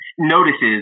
notices